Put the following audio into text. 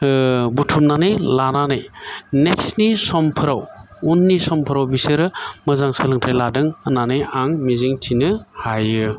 बुथुमनानै लानानै नेक्सट नि समफोराव उननि समफोराव बेसोरो मोजां सोलोंथाइ लादों होननानै आं मिजिं थिनो हायो